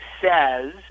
says